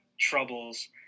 troubles